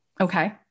okay